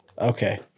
Okay